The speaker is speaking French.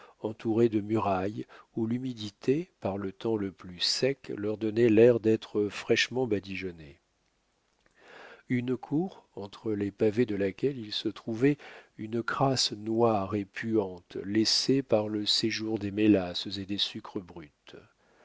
entourée de murailles où l'humidité par le temps le plus sec leur donnait l'air d'être fraîchement badigeonnées une cour entre les pavés de laquelle il se trouvait une crasse noire et puante laissée par le séjour des mélasses et des sucres bruts